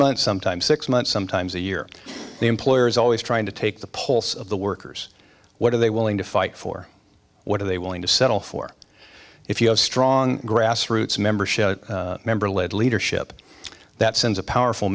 months sometimes six months sometimes a year the employer is always trying to take the pulse of the workers what are they willing to fight for what are they willing to settle for if you have strong grassroots membership a member led leadership that sends a powerful